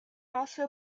also